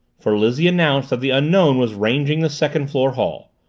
for lizzie announced that the unknown was ranging the second floor hall.